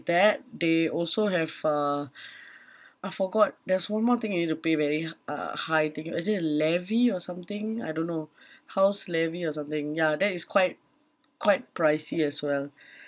that they also have uh I forgot there's one more thing you need to pay very h~ uh high thing is it a levy or something I don't know house levy or something ya that is quite quite pricey as well